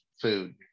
food